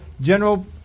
general